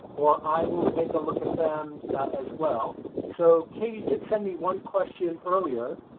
or i will take a look at them as well so katie did send me one question earlier.